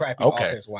okay